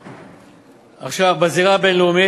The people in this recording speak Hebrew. עכשיו, בזירה הבין-לאומית,